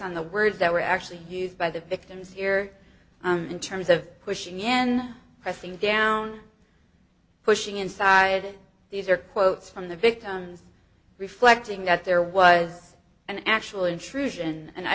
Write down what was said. on the words that were actually used by the victims here in terms of pushing the n pressing down pushing inside these are quotes from the victim's reflecting that there was an actual intrusion and i